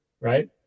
right